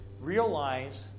realize